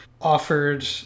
offered